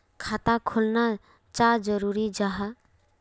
खाता खोलना चाँ जरुरी जाहा?